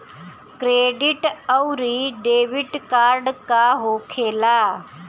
Credit आउरी debit card का होखेला?